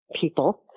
people